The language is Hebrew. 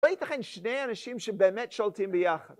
לא יתכן שני אנשים שבאמת שולטים ביחד.